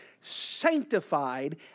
sanctified